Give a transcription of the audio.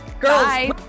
girls